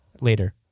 later